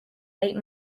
eight